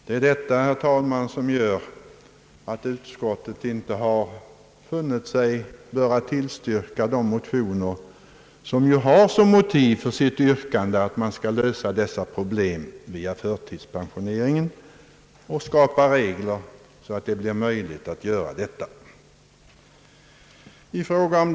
Det är detta, herr talman, som gör att utskottet inte funnit sig böra tillstyrka de motioner, bakom vilkas yrkanden ligger tanken att dessa problem skall lösas via förtidspensioneringen och att regler skall skapas för att möjliggöra detta.